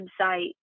website